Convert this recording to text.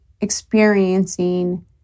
experiencing